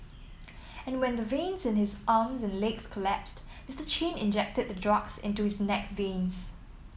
and when the veins in his arms and legs collapsed Mister Chin injected the drugs into his neck veins